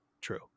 true